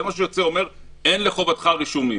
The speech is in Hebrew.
אין משהו שיוצא ואומר "אין לחובתך רישומים",